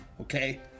okay